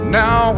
now